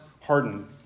hardened